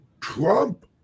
Trump